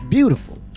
Beautiful